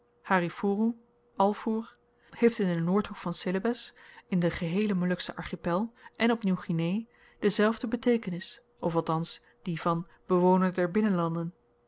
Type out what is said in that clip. heeft in den noordhoek van celebes in den geheelen molukschen archipel en op nieuw guinee dezelfde beteekenis of althans die van bewoner der binnenlanden